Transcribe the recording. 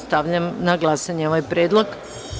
Stavljam na glasanje ovaj predlog.